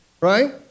right